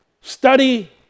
study